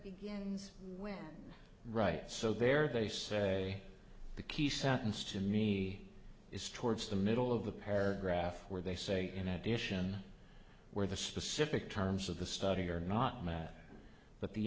begins where right so there they say the key sentence to me is towards the middle of the paragraph where they say in addition where the specific terms of the study are not